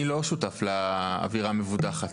אני לא שותף לאווירה המבודחת,